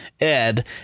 Ed